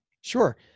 Sure